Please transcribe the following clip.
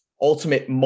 ultimate